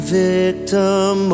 victim